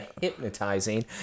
hypnotizing